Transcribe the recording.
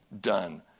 done